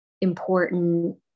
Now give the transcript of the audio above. important